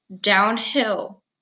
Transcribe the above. downhill